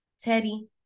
Teddy